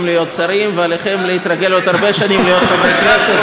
לא זכור לי שאני עושה את זה.